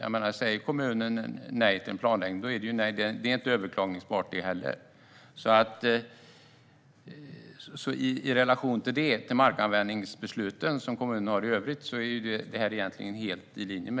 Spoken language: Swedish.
Om en kommun säger nej till en plan är inte det heller överklagningsbart. Detta är egentligen helt i linje med de markanvändningsbeslut som kommunerna fattar i övrigt.